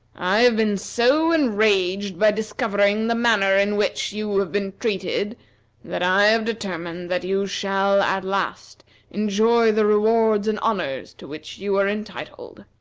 i have been so enraged by discovering the manner in which you have been treated that i have determined that you shall at last enjoy the rewards and honors to which you are entitled.